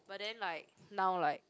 but then like now like